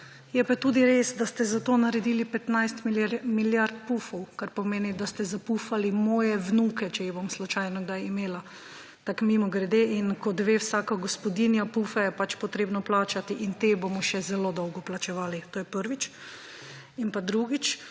Je pa tudi res, da ste za to naredili 15 milijard pufov, kar pomeni, da ste zapufali moje vnuke, če jih bom slučajno kdaj imela. Tako mimogrede. In kot ve vsaka gospodinja, pufe je treba plačati in te bomo še zelo dolgo plačevali. To je prvič. In pa drugič.